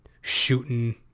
shooting